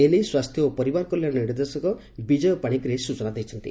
ଏ ନେଇ ସ୍ୱାସ୍ଥ୍ୟ ଓ ପରିବାର କଲ୍ୟାଣ ନିର୍ଦେଶକ ବିଜୟ ପାଶିଗ୍ରାହୀ ସ୍ଚନା ଦେଇଛନ୍ତି